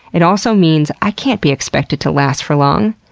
it also means i can't be expected to last for long,